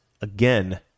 again